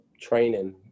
training